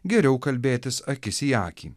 geriau kalbėtis akis į akį